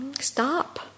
Stop